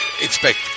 expect